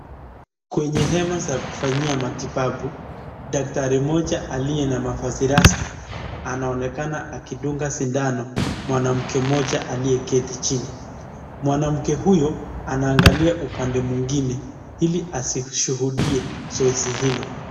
Kwenye hema za kufanyia matibabu daktari mmoja aliye na mavazi rasmi anaonekana akidunga sindano mwanamke mmoja aliyeketi chini. Mwanamke huyo anaangalia upande mwingine ili asishuhudie zoezi hilo.